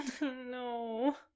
No